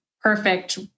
perfect